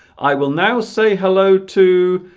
i will now say hello to